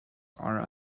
are